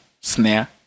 snare